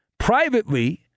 Privately